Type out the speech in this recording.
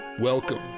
Welcome